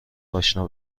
اشنا